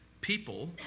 People